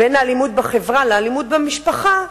בין האלימות בחברה לאלימות במשפחה,